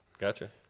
Gotcha